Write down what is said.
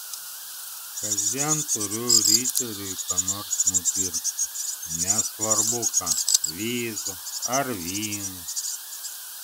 kasdien turiu riteriui ką nors nupirkti nesvarbu ką vizą ar vyno